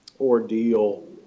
ordeal